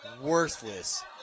worthless